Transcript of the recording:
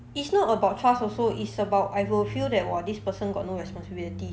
it's not about trust also is about I will feel that !wah! this person got no responsibility